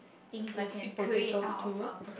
like sweet potato too